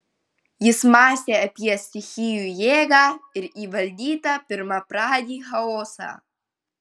jis mąstė apie stichijų jėgą ir įvaldytą pirmapradį chaosą